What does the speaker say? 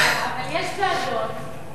אבל יש ועדות שעובדות,